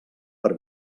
per